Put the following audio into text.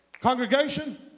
Congregation